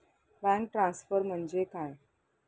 Bank transfer म्हणजे काय?